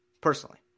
personally